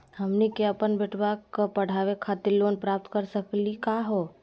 हमनी के अपन बेटवा क पढावे खातिर लोन प्राप्त कर सकली का हो?